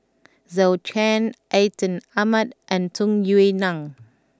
Zhou Can Atin Amat and Tung Yue Nang